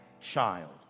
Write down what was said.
child